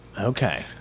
Okay